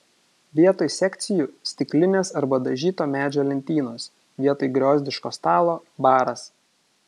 vietoj sekcijų stiklinės arba dažyto medžio lentynos vietoj griozdiško stalo baras